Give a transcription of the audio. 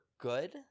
good